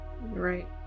Right